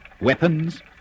Weapons